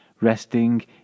Resting